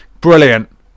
Brilliant